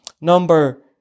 number